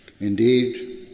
Indeed